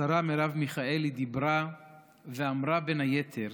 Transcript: השרה מרב מיכאלי דיברה ואמרה, בין היתר,